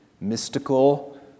Mystical